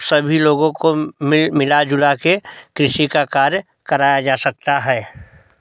सभी लोगों को मिला जुला कर कृषि का कार्य कराया जा सकता है